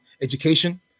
education